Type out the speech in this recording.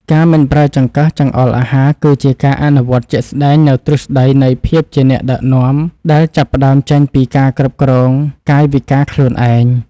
ការមិនប្រើចង្កឹះចង្អុលអាហារគឺជាការអនុវត្តជាក់ស្តែងនូវទ្រឹស្តីនៃភាពជាអ្នកដឹកនាំដែលចាប់ផ្តើមចេញពីការគ្រប់គ្រងកាយវិការខ្លួនឯង។